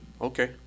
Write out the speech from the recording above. Okay